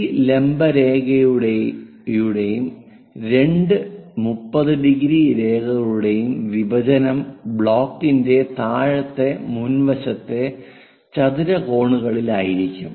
ഈ ലംബ രേഖയുടെയും രണ്ട് 30 ഡിഗ്രി രേഖകളുടെയും വിഭജനം ബ്ലോക്കിന്റെ താഴത്തെ മുൻവശത്തെ ചതുര കോണുകളിലായിരിക്കും